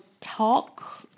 Talk